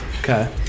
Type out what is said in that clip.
Okay